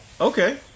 Okay